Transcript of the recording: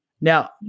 Now